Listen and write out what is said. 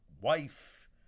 wife